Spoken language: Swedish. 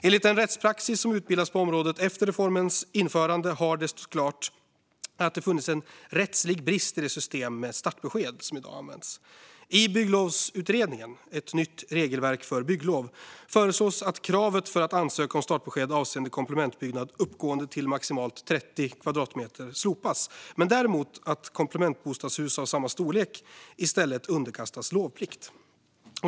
Enligt den rättspraxis som bildats på området efter reformens införande har det stått klart att det funnits en rättslig brist i det system med startbesked som i dag används. I bygglovsutredningen Ett nytt regelverk för bygglov föreslås att kravet för att ansöka om startbesked avseende komplementbyggnad uppgående till maximalt 30 kvadratmeter slopas, men däremot att komplementbostadshus av samma storlek i stället underkastas lovplikt.